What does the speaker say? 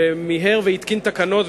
שמיהר והתקין תקנות,